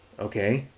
okay,